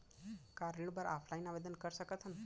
का ऋण बर ऑफलाइन आवेदन कर सकथन?